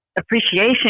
appreciation